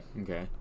Okay